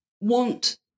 want